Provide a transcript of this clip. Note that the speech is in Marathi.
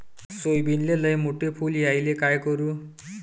सोयाबीनले लयमोठे फुल यायले काय करू?